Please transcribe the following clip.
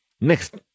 Next